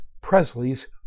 Presley's